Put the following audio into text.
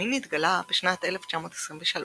הוויטמין התגלה בשנת 1923